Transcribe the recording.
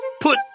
put